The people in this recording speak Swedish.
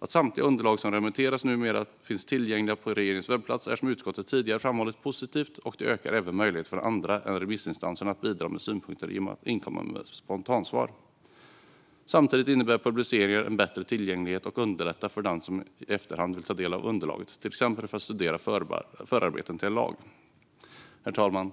Att samtliga underlag som remitteras numera finns tillgängliga på regeringens webbplats är som utskottet tidigare framhållit positivt. Det ökar även möjligheten för andra än remissinstanserna att bidra med synpunkter genom att inkomma med spontansvar. Samtidigt innebär publiceringar bättre tillgänglighet och underlättar för den som i efterhand vill ta del av underlaget, till exempel för att studera förarbeten till en lag. Herr talman!